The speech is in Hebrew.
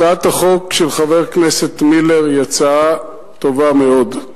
הצעת החוק של חבר הכנסת מילר היא הצעה טובה מאוד.